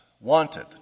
wanted